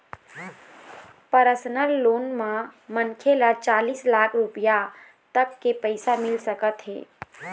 personal loan म मनखे ल चालीस लाख रूपिया तक के पइसा मिल सकत हे